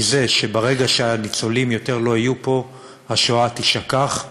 מזה שברגע שהניצולים לא יהיו פה יותר השואה תישכח,